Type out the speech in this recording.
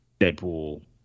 Deadpool